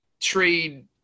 trade